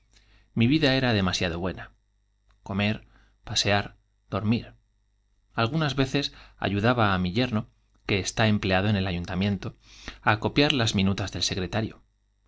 mi vida era á mi comer pasear dormir algunas veces ayudaba yerno que está empleado en el ayuntamiento á copiar las minutas del secretario